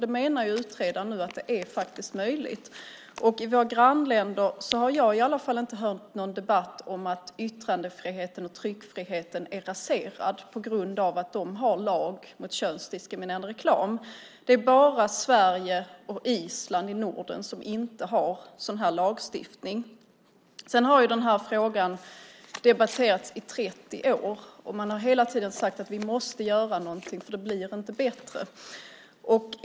Utredaren menar nu att det är möjligt. I våra grannländer har i varje fall inte jag hört någon debatt om att yttrandefriheten och tryckfriheten är raserad på grund av att de har en lag mot könsdiskriminerande reklam. Det är bara Sverige och Island i Norden som inte har en sådan lagstiftning. Den här frågan har debatterats i 30 år. Man har hela tiden sagt att man måste göra någonting. Det blir inte bättre.